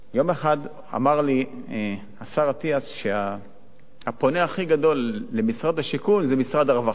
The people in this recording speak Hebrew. יום אחד אמר לי השר אטיאס שהפונה הכי גדול למשרד השיכון זה משרד הרווחה,